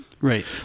Right